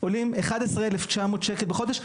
עולים 11,900 שקל בחודש,